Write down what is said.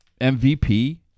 MVP